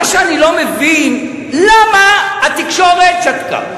מה שאני לא מבין, למה התקשורת שתקה?